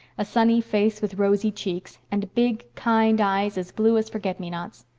a sunny face with rosy cheeks, and big, kind eyes as blue as forget-me-nots.